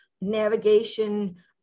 navigation